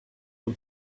und